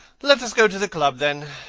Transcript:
let us go to the club, then.